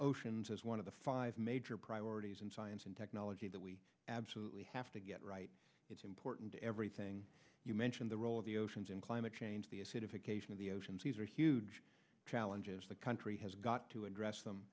oceans as one of the five major priorities in science and technology that we absolutely have to get right it's important to everything you mentioned the role of the oceans and climate change the acidification of the oceans these are huge challenges the country has got to address them